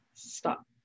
stop